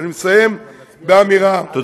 ואני מסיים באמירה, אדוני.